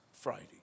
Friday